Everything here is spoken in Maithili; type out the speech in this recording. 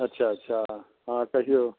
अच्छा अच्छा हँ कहिऔ